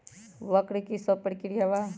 वक्र कि शव प्रकिया वा?